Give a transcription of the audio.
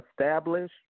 establish